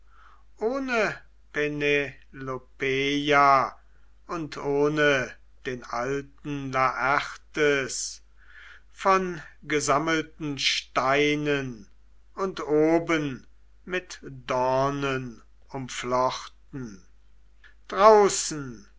ohne penelopeia und ohne den alten laertes von gesammelten steinen und oben mit dornen umflochten draußen